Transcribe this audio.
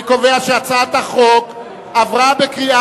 אני קובע שהצעת החוק עברה בקריאה